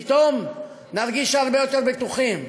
פתאום נרגיש הרבה יותר בטוחים.